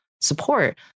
support